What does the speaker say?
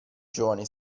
giovane